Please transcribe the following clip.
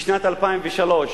בשנת 2003,